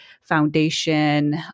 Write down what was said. foundation